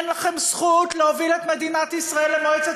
אין לכם זכות להוביל את מדינת ישראל למועצת